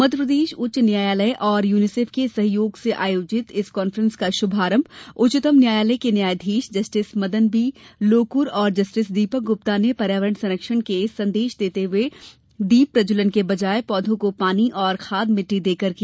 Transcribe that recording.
मध्यप्रदेश उच्च न्यायालय और यूनीसेफ के सहयोग से आयोजित इस कान्फ्रेस का शुभारंभ उच्चतम न्यायालय के न्यायाधीश जस्टिस मदन बी लोकुर और जस्टिस दीपक गुप्ता ने पर्यावरण संरक्षण के संदेश देते हुए दीप प्रज्जवलन के बजाय पौधों को पानी और खाद मिटटी देकर किया